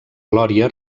glòria